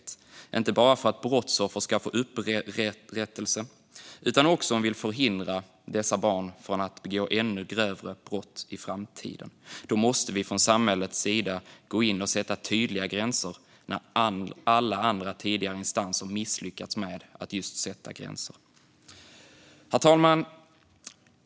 Det handlar inte bara om att brottsoffer ska få upprättelse utan också om att förhindra att dessa barn begår ännu grövre brott i framtiden. Vi måste från samhällets sida gå in och sätta tydliga gränser när alla andra tidigare instanser misslyckats med att just sätta gränser. Herr talman!